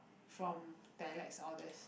from dialects all this